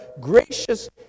gracious